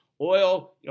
Oil